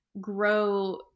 grow